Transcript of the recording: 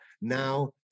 now